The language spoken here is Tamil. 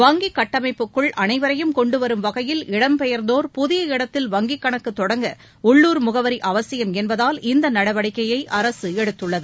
வங்கிக் கட்டமைப்புக்குள் அனைவரையும் கொண்டு வரும் வகையில் இடம் பெயர்ந்தோர் புதிய இடத்தில் வங்கிக் கணக்கு தொடங்க உள்ளுர் முகவரி அவசியம் என்பதால் இந்த நடவடிக்கையை அரசு எடுத்துள்ளது